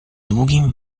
długim